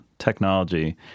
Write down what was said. technology